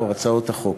ההצעה, או הצעות החוק.